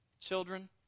Children